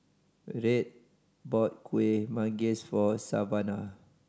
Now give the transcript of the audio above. Red bought Kueh Manggis for Savanna